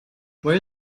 where